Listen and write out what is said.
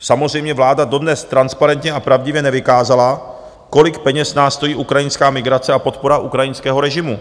Samozřejmě vláda dodnes transparentně a pravdivě nevykázala, kolik peněz nás stojí ukrajinská migrace a podpora ukrajinského režimu.